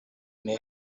ane